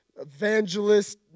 evangelist